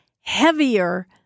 heavier